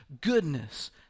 goodness